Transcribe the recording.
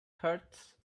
hurts